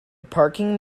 parking